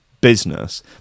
business